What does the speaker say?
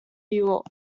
york